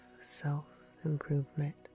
self-improvement